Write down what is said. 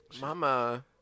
Mama